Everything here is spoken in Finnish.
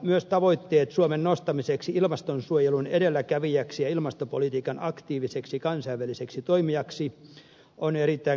myös tavoitteet suomen nostamiseksi ilmastonsuojelun edelläkävijäksi ja ilmastopolitiikan aktiiviseksi kansainväliseksi toimijaksi ovat erittäin kannatettavia